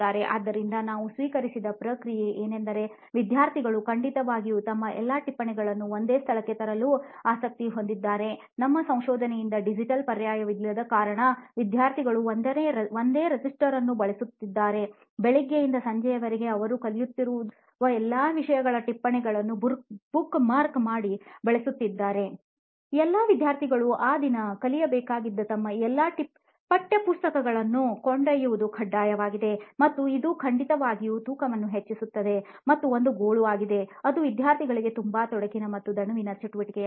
ಆದ್ದರಿಂದ ನಾವು ಸ್ವೀಕರಿಸಿದ ಪ್ರತಿಕ್ರಿಯೆ ಏನೆಂದರೆ ವಿದ್ಯಾರ್ಥಿಗಳು ಖಂಡಿತವಾಗಿಯೂ ತಮ್ಮ ಎಲ್ಲಾ ಟಿಪ್ಪಣಿಗಳನ್ನು ಒಂದೇ ಸ್ಥಳಕ್ಕೆ ತರಲು ಆಸಕ್ತಿ ಹೊಂದಿದ್ದಾರೆ ನಮ್ಮ ಸಂಶೋಧನೆಯಿಂದ ಡಿಜಿಟಲ್ ಪರ್ಯಾಯವಿಲ್ಲದ ಕಾರಣ ವಿದ್ಯಾರ್ಥಿಗಳು ಒಂದೇ ರಿಜಿಸ್ಟರ್ ಅನ್ನು ಬಳಸುತ್ತಿದ್ದಾರೆ ಬೆಳಿಗ್ಗೆಯಿಂದ ಸಂಜೆಯವರೆಗೆ ಅವರು ಕಲಿಯುತ್ತಿರುವ ಎಲ್ಲಾ ವಿಷಯಗಳ ಟಿಪ್ಪಣಿಗಳನ್ನು ಬುಕ್ಮಾರ್ಕ್ ಮಾಡಿ ಬಳಸುತ್ತಾರೆ ಎಲ್ಲಾ ವಿದ್ಯಾರ್ಥಿಗಳು ಆ ದಿನ ಕಲಿಯಬೇಕಾಗಿದ್ದ ತಮ್ಮ ಎಲ್ಲಾ ಪಠ್ಯಪುಸ್ತಕಗಳನ್ನು ಕೊಂಡೊಯ್ಯುವುದು ಕಡ್ಡಾಯವಾಗಿದೆ ಮತ್ತು ಇದು ಖಂಡಿತವಾಗಿಯೂ ತೂಕವನ್ನು ಹೆಚ್ಚಿಸುತ್ತದೆ ಮತ್ತು ಒಂದು ಗೋಳು ಆಗಿದೆ ಅದು ವಿದ್ಯಾರ್ಥಿಗಳಿಗೆ ತುಂಬಾ ತೊಡಕಿನ ಮತ್ತು ದಣಿವಿನ ಚಟುವಟಿಕೆಯಾಗಿದೆ